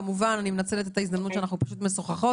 כמובן אני מנצלת את ההזדמנות שאנחנו משוחחות,